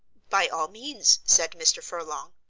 by all means, said mr. furlong.